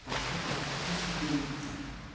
بہت ہی سکون ملتا ہے